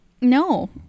No